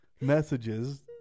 messages